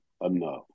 enough